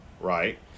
right